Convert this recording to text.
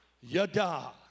yada